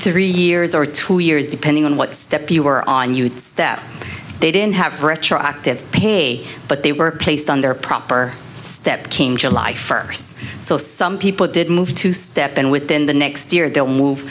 three years or two years depending on what step you were on you'd step they didn't have retroactive pay but they were placed under proper step king july first so some people did move to step in within the next year they'll move